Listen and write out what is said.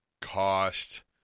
cost